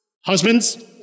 Husbands